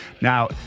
Now